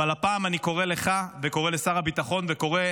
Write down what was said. אבל הפעם אני קורא לך וקורא לשר הביטחון וקורא